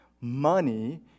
money